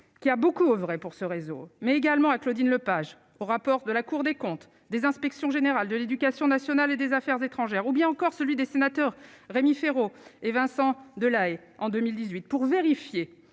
qui a beaucoup oeuvré pour ce réseau, mais également à Claudine Lepage au rapport de la Cour des comptes des inspections générales de l'éducation nationale et des Affaires étrangères, ou bien encore celui des sénateurs, Rémi Féraud et Vincent Delahaye, en 2018 pour vérifier